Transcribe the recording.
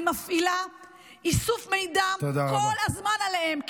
אני מפעילה איסוף מידע כל הזמן עליהם,